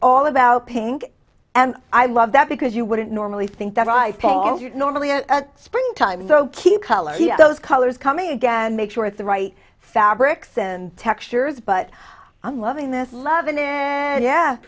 all about pink and i love that because you don't normally think that i pay normally in spring time so keep colors those colors coming again make sure it's the right fabrics and textures but i'm loving this loving it